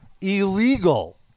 illegal